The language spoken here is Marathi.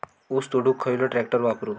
ऊस तोडुक खयलो ट्रॅक्टर वापरू?